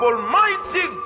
Almighty